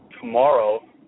tomorrow